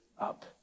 up